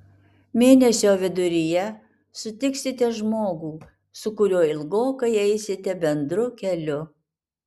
mėnesio viduryje sutiksite žmogų su kuriuo ilgokai eisite bendru keliu